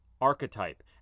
Archetype